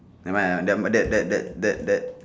never mind ah dumber that that that that that